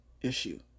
issue